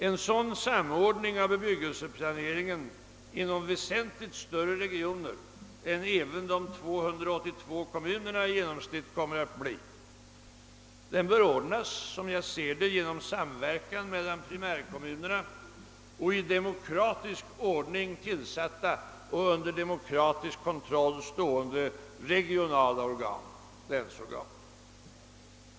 En sådan samordning av bebyggelseplaneringen inom väsentligt större regioner än vad de 282 kommunerna i genomsnitt kommer att utgöra bör ske genom samverkan mellan primärkommunerna och i demokratisk ordning tillsatta och under demokratisk kontroil stående regionala organ — länsorgan.